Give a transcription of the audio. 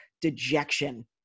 dejection